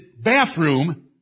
bathroom